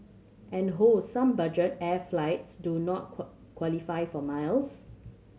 and oh some budget air flights do not qualify for miles